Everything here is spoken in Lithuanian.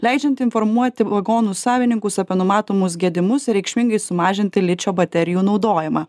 leidžianti informuoti vagonų savininkus apie numatomus gedimus ir reikšmingai sumažinti ličio baterijų naudojimą